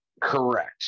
Correct